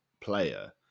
player